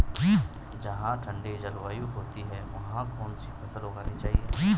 जहाँ ठंडी जलवायु होती है वहाँ कौन सी फसल उगानी चाहिये?